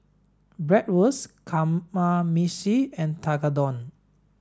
Bratwurst Kamameshi and Tekkadon